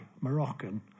Moroccan